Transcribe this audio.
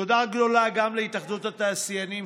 תודה גדולה גם להתאחדות התעשיינים,